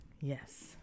Yes